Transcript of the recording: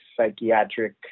psychiatric